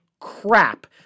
crap